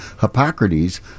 Hippocrates